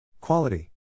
Quality